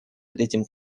третьим